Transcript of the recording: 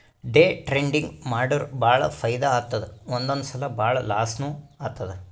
day trading ಮಾಡುರ್ ಭಾಳ ಫೈದಾ ಆತ್ತುದ್ ಒಂದೊಂದ್ ಸಲಾ ಭಾಳ ಲಾಸ್ನೂ ಆತ್ತುದ್